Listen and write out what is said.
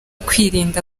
kwirinda